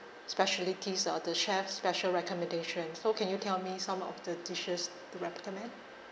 specialities or the chef's special recommendations so can you tell me some of the dishes to recommend